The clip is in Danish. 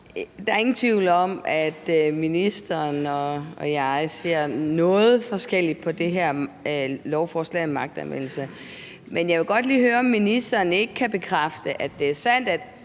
Der er ingen tvivl om, at ministeren og jeg ser noget forskelligt på det her lovforslag om magtanvendelse. Men jeg vil godt lige høre, om ministeren ikke kan bekræfte, at det er sandt,